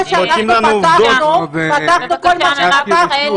שאנחנו פתחנו כל מה שפתחנו --- בבקשה,